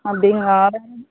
அப்படிங்களா